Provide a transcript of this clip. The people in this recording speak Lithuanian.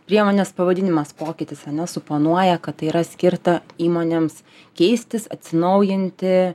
priemonės pavadinimas pokytis ane suponuoja kad tai yra skirta įmonėms keistis atsinaujinti